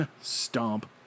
Stomp